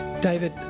David